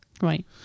Right